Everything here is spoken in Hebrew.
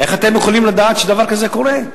איך אתם יכולים לדעת שדבר כזה יקרה?